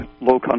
low